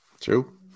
True